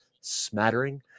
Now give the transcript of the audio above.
smattering